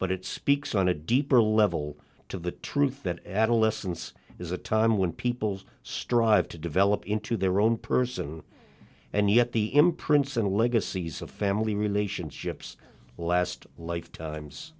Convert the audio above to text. but it speaks on a deeper level to the truth that adolescence is a time when peoples strive to develop into their own person and yet the imprints and legacies of family relationships last lifetimes